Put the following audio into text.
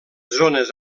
zones